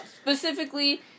specifically